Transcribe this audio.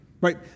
right